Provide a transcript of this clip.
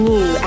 New